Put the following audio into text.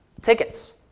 Tickets